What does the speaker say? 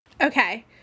Okay